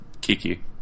Kiki